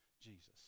Jesus